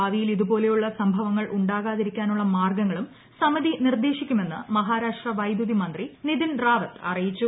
ഭൂപിയിൽ ഇതുപോലെയുള്ള സംഭവങ്ങൾ ഉണ്ടാകാതിരിക്കാനുള്ള് മാർഗ്ഗങ്ങളും സമിതി നിർദ്ദേശിക്കുമെന്ന് മഹാരാഷ്ട്ര വൈദ്യുതി മന്ത്രി നിതിൻ റാവത്ത് അറിയിച്ചു